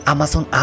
Amazon